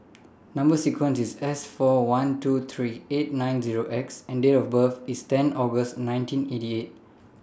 Number sequence IS S four one two three eight nine Zero X and Date of birth IS ten August nineteen eighty eight